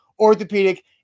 Orthopedic